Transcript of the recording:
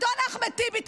אדון אחמד טיבי,